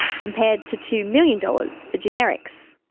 compared to two million dollars for generics.